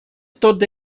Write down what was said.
tots